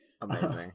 Amazing